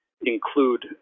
include